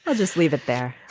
ah just leave it there.